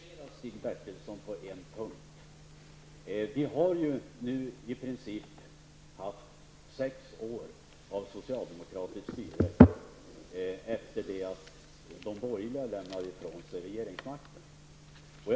Fru talman! Låt mig korrigera Stig Bertilsson på en punkt. Vi har nu i princip haft sex år av socialdemokratiskt styre sedan de borgerliga partierna lämnade ifrån sig regeringsmakten.